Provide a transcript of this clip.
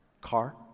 car